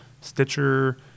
Stitcher